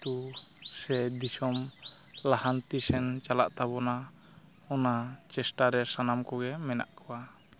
ᱟᱛᱳ ᱥᱮ ᱫᱤᱥᱚᱢ ᱞᱟᱦᱟᱱᱛᱤ ᱥᱮᱱ ᱪᱟᱞᱟᱜ ᱛᱟᱵᱚᱱᱟ ᱚᱱᱟ ᱪᱮᱥᱴᱟ ᱨᱮ ᱥᱟᱱᱟᱢ ᱠᱚᱜᱮ ᱢᱮᱱᱟᱜ ᱠᱚᱣᱟ